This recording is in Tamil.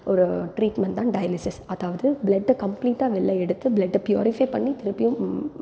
ஒரு ட்ரீட்மெண்ட் தான் டயாலிசிஸ் அதாவது பிளட்டை கம்ப்ளீட்டாக வெளியில் எடுத்து பிளட்டை புயூரிஃபை பண்ணி திருப்பியும்